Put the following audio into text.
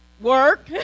Work